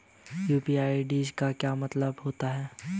UPI ID का मतलब क्या होता है?